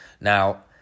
Now